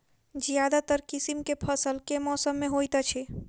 ज्यादातर किसिम केँ फसल केँ मौसम मे होइत अछि?